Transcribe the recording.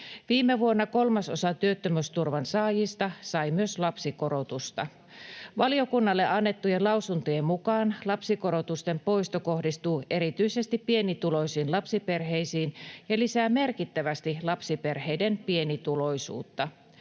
Viime vuonna kolmasosa työttömyysturvan saajista sai myös lapsikorotusta. Valiokunnalle annettujen lausuntojen mukaan lapsikorotusten poisto kohdistuu erityisesti pienituloisiin lapsiperheisiin ja lisää merkittävästi lapsiperheiden pienituloisuutta.